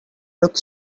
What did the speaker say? look